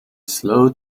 slow